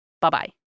Bye-bye